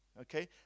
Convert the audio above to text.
Okay